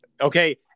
Okay